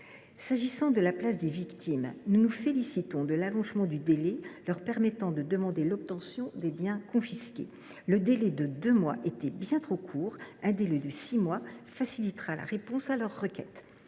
pas non plus la place des victimes : nous nous félicitons de l’allongement du délai leur permettant de demander l’obtention des biens confisqués. Le délai de deux mois était bien trop court ; un délai de six mois facilitera la réponse à leurs requêtes.